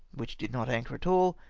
which did not anchor at all,